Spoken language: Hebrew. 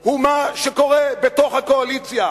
הוא מה שקורה בתוך הקואליציה,